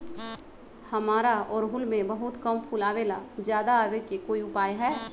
हमारा ओरहुल में बहुत कम फूल आवेला ज्यादा वाले के कोइ उपाय हैं?